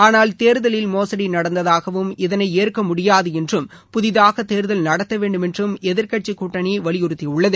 ஆனால் தேர்தலில் மோசடி நடந்ததாகவும் இதனை ஏற்க முடியாது என்றும் புதிதாக தேர்தல் நடத்த வேண்டுமென்றும் எதிர்கட்சி கூட்டணி வலியுறுத்தி உள்ளது